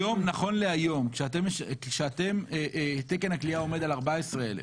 נכון להיום כשתקן הכליאה עומד על 14,000,